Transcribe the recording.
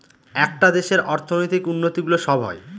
একটা দেশের অর্থনৈতিক উন্নতি গুলো সব হয়